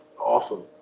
awesome